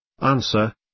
Answer